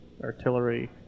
artillery